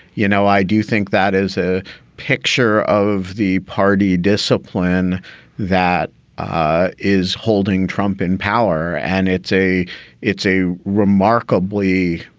you know, i do think that is a picture of the party discipline that ah is holding trump in power. and it's a it's a remarkably.